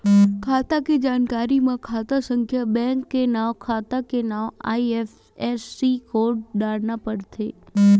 खाता के जानकारी म खाता संख्या, बेंक के नांव, साखा के नांव, आई.एफ.एस.सी कोड डारना परथे